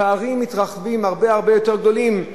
פערים מתרחבים ונהיים הרבה הרבה יותר גדולים.